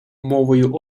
мовою